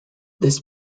this